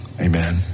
Amen